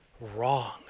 wrong